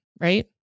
right